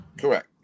Correct